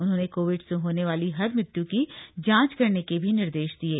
उन्होंने कोविड से होने वाली हर मृत्यु की जांच करने के भी निर्देश दिये